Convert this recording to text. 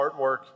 artwork